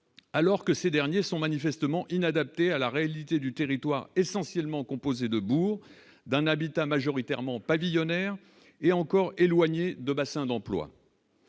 alors que ces derniers sont manifestement inadaptée à la réalité du territoire essentiellement composé de Bourg d'un habitat majoritairement pavillonnaire et encore éloigné de bassins d'emploi.